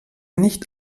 nicht